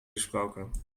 gesproken